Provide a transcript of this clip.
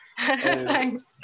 thanks